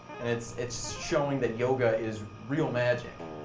and it's it's showing that yoga is real magic.